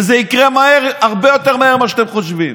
וזה יקרה מהר, הרבה יותר מהר ממה שאתם חושבים.